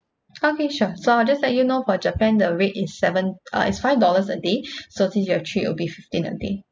okay sure so I will just let you know for japan the rate is seven uh it's five dollars a day so since you have three it will be fifteen a day